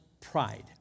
pride